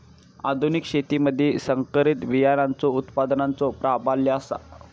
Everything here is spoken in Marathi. आधुनिक शेतीमधि संकरित बियाणांचो उत्पादनाचो प्राबल्य आसा